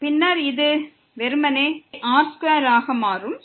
பின்னர் இது வெறுமனே இங்கே r2 ஆக மாறும்